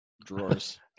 Drawers